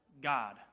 God